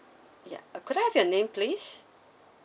yeah uh could I have your name please